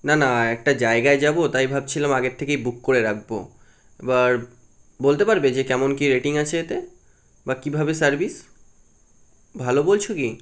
না না একটা জায়গায় যাবো তাই ভাবছিলাম আগের থেকেই বুক করে রাখবো এবার বলতে পারবে যে কেমন কী রেটিং আছে এতে বা কীভাবে সার্ভিস ভালো বলছো কি